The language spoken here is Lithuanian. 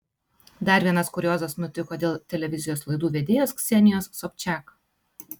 dar vienas kuriozas nutiko dėl televizijos laidų vedėjos ksenijos sobčiak